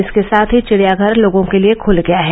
इसके साथ ही चिडियाघर लोगों के लिए खुल गया है